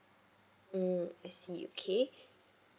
mm I see okay